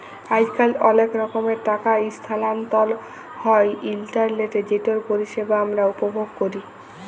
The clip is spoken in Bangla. আইজকাল অলেক রকমের টাকা ইসথালাল্তর হ্যয় ইলটারলেটে যেটর পরিষেবা আমরা উপভোগ ক্যরি